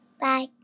bye